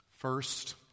First